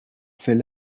fait